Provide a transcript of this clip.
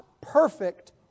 perfect